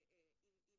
עם